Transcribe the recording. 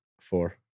Four